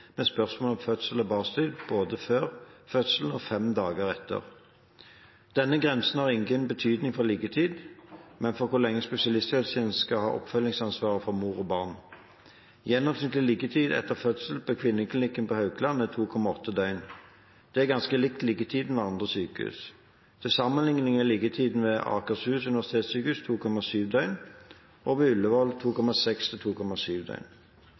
med spørsmål om fødsel og barsel både før fødselen og fem dager etter. Denne grensen har ingen betydning for liggetid, men for hvor lenge spesialisthelsetjenesten skal ha oppfølgingsansvaret for mor og barn. Gjennomsnittlig liggetid etter fødsel på kvinneklinikken på Haukeland er 2,8 døgn. Det er ganske likt liggetiden ved andre sykehus. Til sammenligning er liggetiden ved Akershus universitetssykehus 2,7 døgn og ved Ullevål